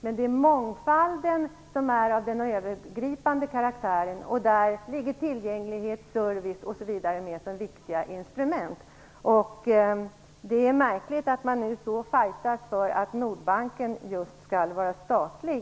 Det är ändå mångfalden som är av den övergripande karaktären, och där finns tillgänglighet, service osv. med som viktiga instrument. Det är märkligt att man från Miljöpartiet nu så fajtas för att Nordbanken skall vara statlig.